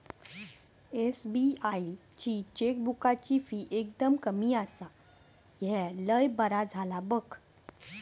SBI ची चेकबुकाची fee एकदम कमी आसा, ह्या लय बरा झाला बघ